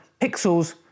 pixels